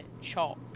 chalk